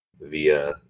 via